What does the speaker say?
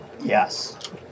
Yes